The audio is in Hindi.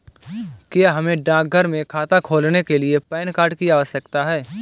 क्या हमें डाकघर में खाता खोलने के लिए पैन कार्ड की आवश्यकता है?